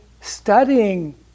studying